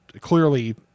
clearly